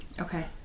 Okay